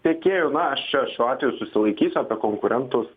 tiekėjų na aš čia šiuo atveju susilaikysiu apie konkurentus